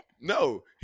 No